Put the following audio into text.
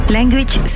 Language